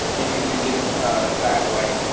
and you can get it that way.